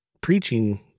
preaching